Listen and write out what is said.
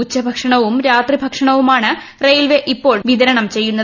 ഉച്ച ഭക്ഷണവും രാത്രി ഭക്ഷണവുമാണ് റെയിൽവേ ഇപ്പോൾ വിതരണം ചെയ്യുന്നത്